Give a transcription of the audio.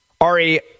Ari